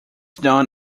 known